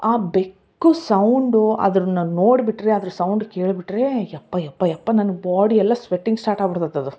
ಆ ಬೆಕ್ಕು ಸೌಂಡು ಅದರನ್ನ ನೋಡ್ಬಿಟ್ಟರೆ ಅದರ ಸೌಂಡ್ ಕೇಳ್ಬಿಟ್ಟರೆ ಎಪ್ಪ ಎಪ್ಪ ಎಪ್ಪ ನನ್ಗ ಬಾಡಿ ಎಲ್ಲ ಸ್ವೆಟಿಂಗ್ ಸ್ಟಾರ್ಟ್ ಆಗಿ ಬಿಡ್ತೈತೆ ಅದು